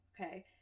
okay